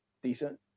decent